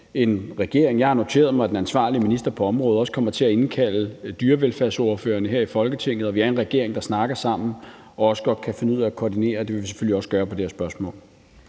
Jeg har noteret mig, at den ansvarlige minister på området også kommer til at indkalde dyrevelfærdsordførerne her i Folketinget, og vi er en regering, der snakker sammen og også godt kan finde ud af at koordinere, og det vil vi selvfølgelig også gøre på det her spørgsmål.